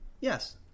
Yes